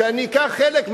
שאני אקח חלק,